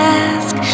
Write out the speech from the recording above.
ask